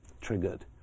triggered